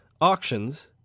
auctions